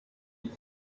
mugi